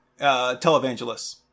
televangelists